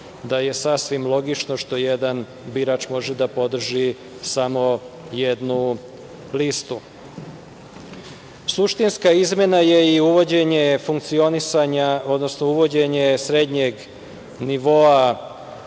da je sasvim logično što jedan birač može da podrži samo jednu listu. Suštinska izmena je i uvođenje funkcionisanja, odnosno uvođenje srednjeg nivoa